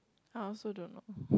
I also don't know